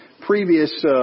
previous